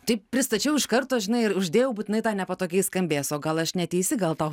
tai pristačiau iš karto žinai ir uždėjau būtinai tą nepatogiai skambės o gal aš neteisi gal tau